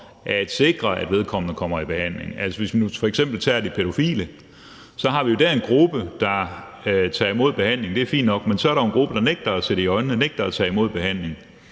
at sikre, at vedkommende kommer i behandling. Altså, hvis man f.eks. tager de pædofile, har vi der en gruppe, der tager imod behandling, og det er fint nok, men så er der jo også en gruppe, der nægter at se det i øjnene og nægter at tage imod behandling.